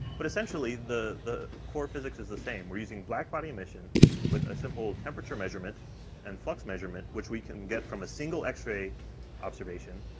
but essentially the, the core physics is the same we're using blackbody emission with a simple temperature measurement and flux measurement, which we can get from a single x-ray observation,